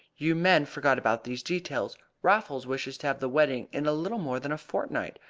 you men forget about these details. raffles wishes to have the wedding in little more than a fortnight.